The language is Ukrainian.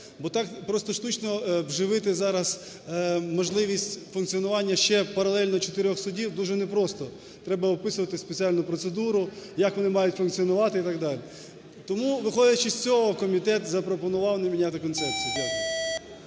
Бо так просто штучно вживити зараз можливість функціонування ще паралельно чотирьох судів дуже непросто. Треба описувати спеціальну процедуру, як вони мають функціонувати і так далі. Тому, виходячи з цього, комітет запропонував не міняти концепцію. Дякую.